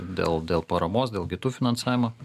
dėl dėl paramos dėl kitų finansavimo